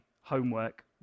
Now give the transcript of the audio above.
homework